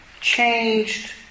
changed